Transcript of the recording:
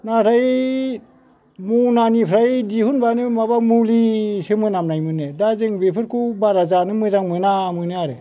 नाथाय मनानिफ्राय दिहुनबानो माबा मुलि सो मोनामनाय मोनो दा जों बेफोरखौ बारा जानो मोजां मोना मोनो आरो